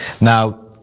Now